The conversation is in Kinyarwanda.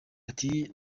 ati